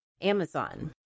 Amazon